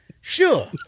sure